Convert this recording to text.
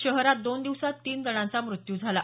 शहरात दोन दिवसांत तीन जणांचा मृत्यू झाला